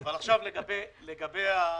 אבל עכשיו לגבי העניין.